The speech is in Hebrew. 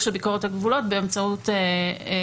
בהם את התהליך של ביקורת הגבולות באמצעות קיוסק.